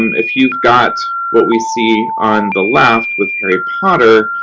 um if you've got what we see on the left with harry potter,